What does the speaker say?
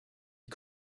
die